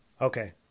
okay